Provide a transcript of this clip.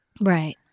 Right